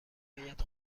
آید